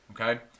okay